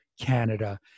Canada